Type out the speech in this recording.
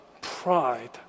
pride